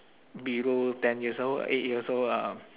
below ten years old eight years old lah